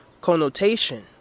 connotation